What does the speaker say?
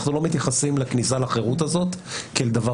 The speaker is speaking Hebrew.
אנחנו לא מתייחסים לכניסה לחירות הזאת כאל דבר